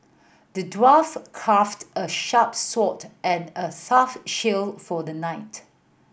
the dwarf crafted a sharp sword and a shield for the knight